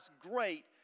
great